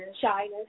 Shyness